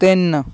ਤਿੰਨ